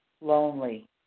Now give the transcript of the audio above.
lonely